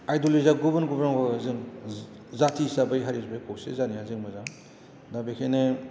आइद'लजिया गुबुन गुबुनावबाबो जों जाथि हिसाबै हारिजों खौसे जानायआ मोजां दा बेखायनो